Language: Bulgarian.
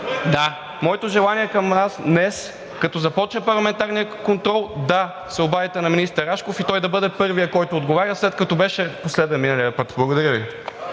Моето желание към Вас днес, като започне парламентарният контрол, е да се обадите на министър Рашков и той да бъде първият, който отговаря, след като беше последен миналия път. Благодаря Ви.